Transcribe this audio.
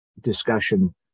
discussion